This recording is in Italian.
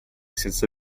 senza